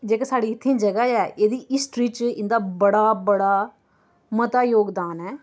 जेह्की साढ़े इत्थै जगह् ऐ एह्दी हिस्टरी च इं'दा बड़ा बड़ा मता जोगदान ऐ